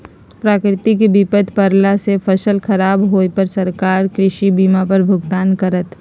प्राकृतिक विपत परला से फसल खराब होय पर सरकार कृषि बीमा पर भुगतान करत